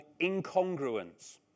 incongruence